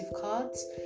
cards